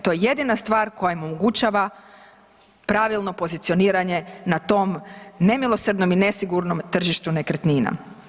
To je jedina stvar koja im omogućava pravilno pozicioniranje na tom nemilosrdnom i nesigurnom tržištu nekretnina.